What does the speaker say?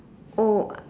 oh